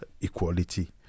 equality